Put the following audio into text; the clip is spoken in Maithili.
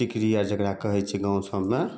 टिकरी आर जेकरा कहैत छै गाँव सबमे